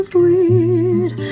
weird